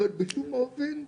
אבל בשום אופן,